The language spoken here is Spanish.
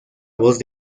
voz